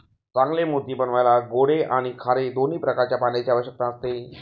चांगले मोती बनवायला गोडे आणि खारे दोन्ही प्रकारच्या पाण्याची आवश्यकता असते